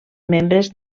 membres